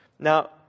Now